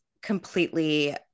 completely